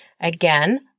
Again